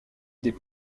des